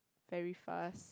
very fast